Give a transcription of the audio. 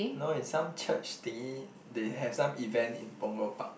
no it's some church thingy they have some event in Punggol Park